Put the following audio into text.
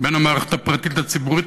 בין המערכת הפרטית לציבורית,